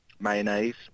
Mayonnaise